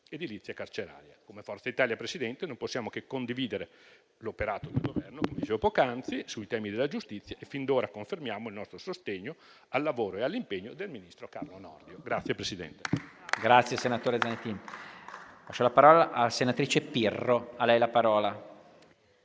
edilizia carceraria. Come Forza Italia, Presidente, non possiamo che condividere l'operato del Governo, come dicevo poc'anzi, sui temi della giustizia, e fin d'ora confermiamo il nostro sostegno al lavoro e all'impegno del ministro Carlo Nordio.